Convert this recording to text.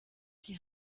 die